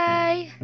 Bye